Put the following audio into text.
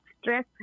stress